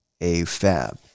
AFAB